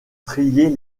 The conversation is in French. trier